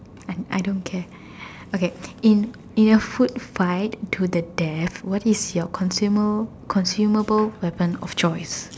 I I don't care okay in in a food fight to the death what is your consumer consumable level of choice